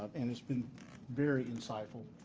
and has been very insightful.